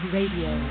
Radio